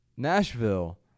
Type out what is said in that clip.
Nashville